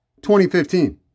2015